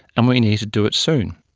and we need to do it soon.